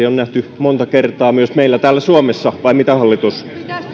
on nähty monta kertaa myös meillä täällä suomessa vai mitä hallitus